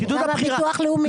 גם הביטוח הלאומי.